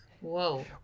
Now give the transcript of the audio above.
Whoa